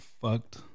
fucked